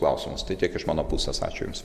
klausimus tai tiek iš mano pusės ačiū jums